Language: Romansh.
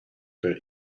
per